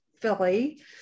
Philly